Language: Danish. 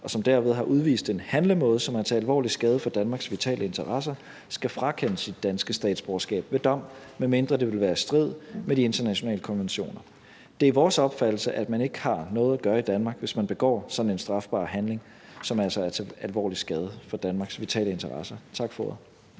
og som derved har udvist en handlemåde, som er til alvorlig skade for Danmarks vitale interesser, skal frakendes sit danske statsborgerskab ved dom, medmindre det vil være i strid med de internationale konventioner. Det er vores opfattelse, at man ikke har noget at gøre i Danmark, hvis man begår sådan en strafbar handling, som altså er til alvorlig skade for Danmarks vitale interesser. Tak for